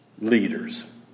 leaders